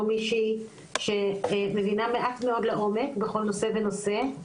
מישהי שמבינה מעט מאוד לעומק בכל נושא ונושא,